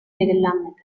belirlenmedi